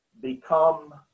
become